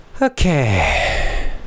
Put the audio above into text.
Okay